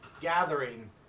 gathering